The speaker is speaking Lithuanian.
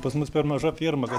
pas mus per maža fierma kad